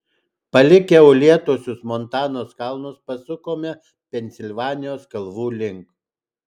palikę uolėtuosius montanos kalnus pasukome pensilvanijos kalvų link